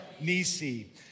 Nisi